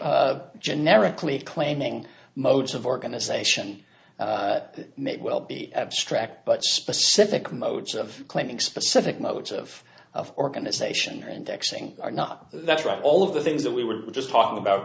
t generically claiming modes of organization may well be abstract but specific modes of claiming specific modes of of organization or indexing are not that's right all of the things that we were just talking about